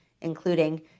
including